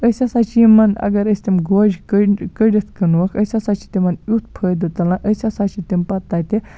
أسۍ ہسا چھِ یِمن اَگر أسۍ تِم گوجہِ کٔڑ کٔڈِتھ کٕنہوکھ أسۍ ہسا چھِ تِمن یُتھ فٲیدٕ تُلان أسۍ ہسا چھِ پَتہٕ تَتہِ